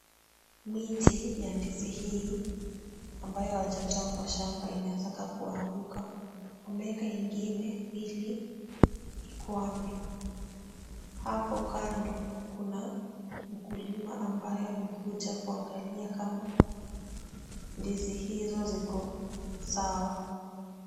Miti ya ndizi hii ambayo hawajatoa kwa shamba inataka kuanguka. Wameweka ingine ili ikwame. Hapo kando kuna mkulima ambayo amekuja kuangalia kama ndizi hizo ziko sawa.